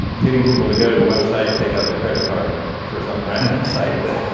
getting people to go to a website, take out their credit card for some random site that,